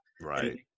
right